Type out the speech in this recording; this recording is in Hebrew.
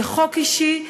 זה חוק אישי.